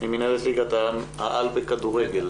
ממינהלת ליגות העל בכדורגל.